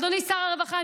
אדוני שר הרווחה,